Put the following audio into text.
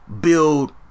build